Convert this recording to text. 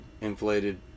inflated